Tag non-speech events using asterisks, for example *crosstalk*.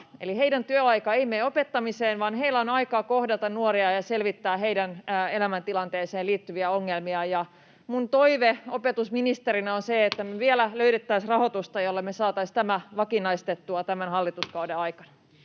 eli heidän työaikansa ei mene opettamiseen vaan heillä on aikaa kohdata nuoria ja selvittää heidän elämäntilanteeseensa liittyviä ongelmia. Ja minun toiveeni opetusministerinä on se, *noise* että me vielä löydettäisiin rahoitusta, jolla me saataisiin tämä vakinaistettua tämän hallituskauden aikana.